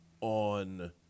on